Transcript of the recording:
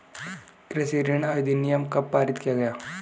कृषि ऋण अधिनियम कब पारित किया गया?